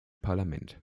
parlament